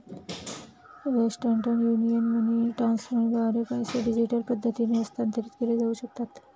western Union money ट्रान्स्फरद्वारे पैसे digital पद्धतीने हस्तांतरित केले जाऊ शकतात